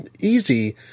easy